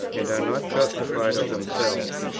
and are not justified of themselves,